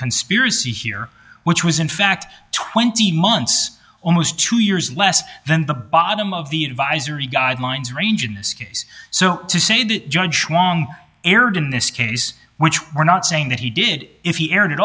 conspiracy here which was in fact twenty months almost two years less than the bottom of the advisory guidelines range in this case so to say the judge won erred in this case which we're not saying that he did if he erred at